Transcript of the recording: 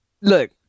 Look